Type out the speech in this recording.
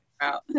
Wow